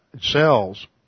cells